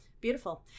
Beautiful